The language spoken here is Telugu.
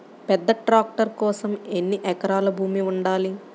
పెద్ద ట్రాక్టర్ కోసం ఎన్ని ఎకరాల భూమి ఉండాలి?